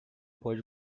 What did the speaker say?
pode